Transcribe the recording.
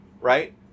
right